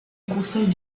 consoles